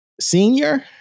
senior